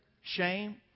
shame